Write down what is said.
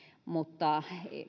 mutta